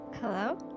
Hello